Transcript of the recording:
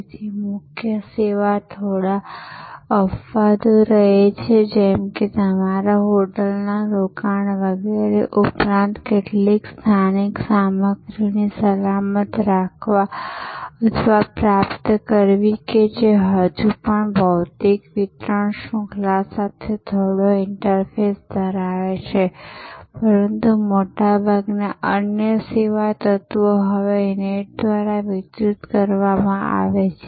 તેથી મુખ્ય સેવા થોડા અપવાદો રહે છે જેમ કે તમારા હોટલમાં રોકાણ વગેરે ઉપરાંત કેટલીક સ્થાનિક સામગ્રીની સલામત રાખવા અથવા પ્રાપ્ત કરવી કે જે હજુ પણ ભૌતિક વિતરણ શૃંખલા સાથે થોડો ઇન્ટરફેસ ધરાવે છે પરંતુ મોટાભાગના અન્ય સેવા તત્વો હવે નેટ દ્વારા વિતરિત કરવામાં આવે છે